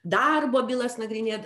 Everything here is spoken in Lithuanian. darbo bylas nagrinėd